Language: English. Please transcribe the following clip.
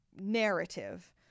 narrative